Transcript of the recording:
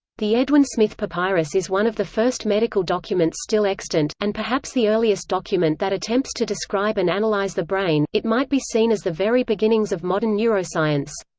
the edwin smith papyrus is one of the first medical documents still extant, and perhaps the earliest document that attempts to describe and analyse and like the brain it might be seen as the very beginnings of modern neuroscience.